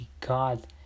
God